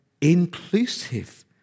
inclusive